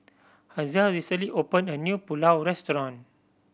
Hazelle recently opened a new Pulao Restaurant